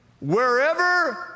Wherever